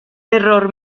error